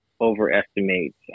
overestimates